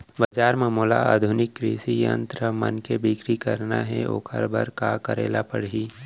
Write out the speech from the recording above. बजार म मोला आधुनिक कृषि यंत्र मन के बिक्री करना हे ओखर बर का करे ल पड़ही?